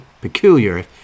peculiar